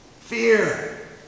fear